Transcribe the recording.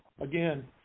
again